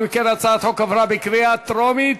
אם כן, הצעת החוק עברה בקריאה טרומית,